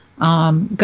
go